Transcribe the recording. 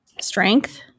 Strength